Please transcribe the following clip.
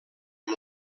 amb